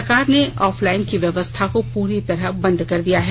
सरकार ने ऑफलाईन की व्यवस्था को पूरी तरह बंद कर दिया है